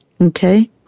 Okay